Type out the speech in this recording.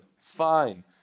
fine